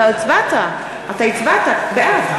אתה הצבעת, אתה הצבעת בעד.